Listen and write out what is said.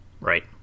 Right